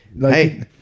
Hey